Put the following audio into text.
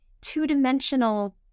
two-dimensional